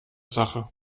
sache